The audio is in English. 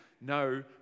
no